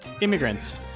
immigrants